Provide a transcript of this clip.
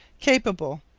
capable.